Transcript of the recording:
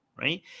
Right